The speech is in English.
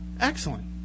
Excellent